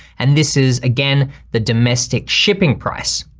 and this is again the domestic shipping price.